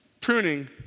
Pruning